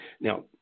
Now